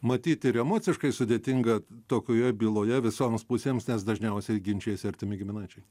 matyt ir emociškai sudėtinga tokioje byloje visoms pusėms nes dažniausiai ginčijasi artimi giminaičiai